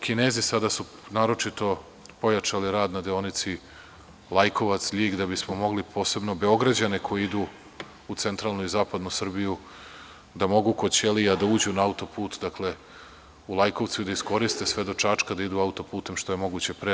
Kinezi su sada naročito pojačali rad na deonici Lajkovac – Ljig, da bi mogli posebno Beograđani koji idu u centralnu i zapadnu Srbiju kod Ćelija da uđu na auto put u Lajkovcu i da iskoriste sve do Čačka da idu auto putem što je moguće pre.